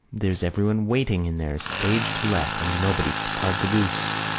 there's everyone waiting in there, stage to let, and nobody to carve the goose!